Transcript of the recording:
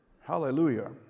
Hallelujah